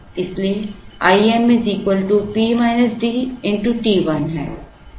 इसलिए Im t 1 है